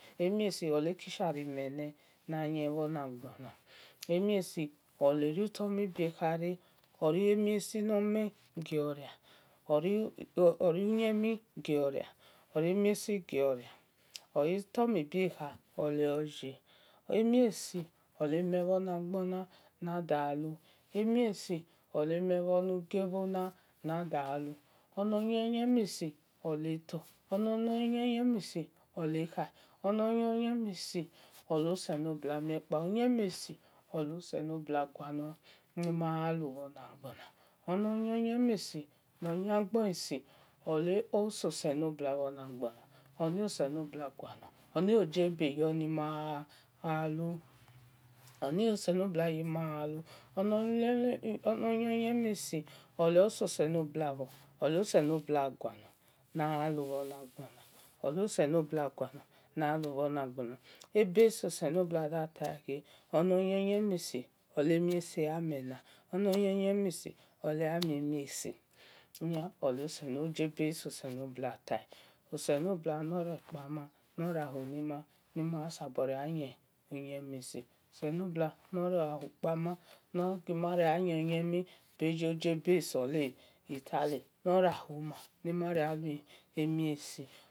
Emihiesi oghi ka mhele bhor na gbona emhiesi ori otormhu bu khami re orie mi normegioria orie oyemigiori emiesi olimele bhagbona nadalu onoyoyimiesi oletor olekha amiesi olose lobua gualor nima ghalu bho nagbona ono yiyimiesi oso sehobua bhonugbona oni oselobua gualor oni ojiebe wel nima ghalu oni oselobua wima gjalu oni oselobuawima gjalu emiesi oloselobua gualor nalu bhor na gbona ebe oso selobuada tah ghe ono yiimhiesi olemiesi gja gualor oselobua no ria hunima ni ma sabo gha yi uyimesi oselobua no na hu ni. a nor riahu nima bhe ni ma ya iyimi oso jeable nor sorle nor riahinima ni maya lui emiesi